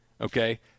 Okay